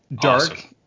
dark